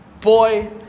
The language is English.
boy